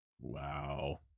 wow